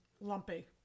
lumpy